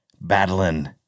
Battling